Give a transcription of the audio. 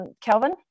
Kelvin